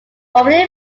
formerly